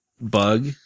bug